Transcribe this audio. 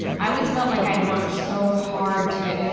i always felt like i worked so hard to,